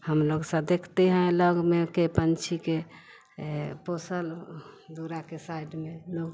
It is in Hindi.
हम लोग स देखते हैं लग में के पंछी के पोसल दूरा के साइड में लोग